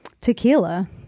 Tequila